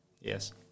Yes